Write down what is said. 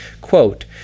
Quote